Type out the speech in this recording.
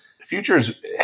futures